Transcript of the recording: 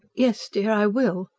yes, dear, i will,